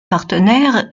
partenaire